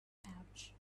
pouch